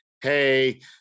Hey